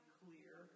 clear